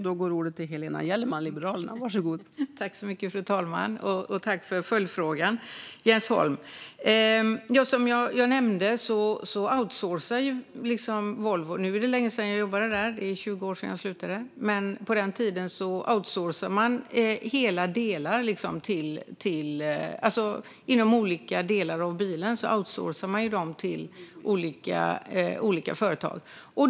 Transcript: Fru talman! Tack för följdfrågan, Jens Holm! Det är länge sedan jag jobbade på Volvo - det är 20 år sedan jag slutade. Men på den tiden outsourcade man olika delar av bilen till olika företag.